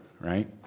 right